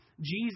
Jesus